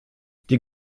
die